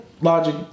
logic